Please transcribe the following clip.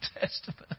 Testament